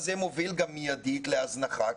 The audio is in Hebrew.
אז זה מוביל גם מיידית להזנחה.